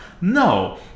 No